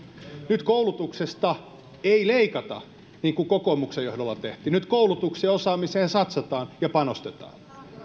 nyt koulutuksesta ei leikata niin kuin kokoomuksen johdolla tehtiin nyt koulutukseen ja osaamiseen satsataan ja panostetaan